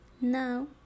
Now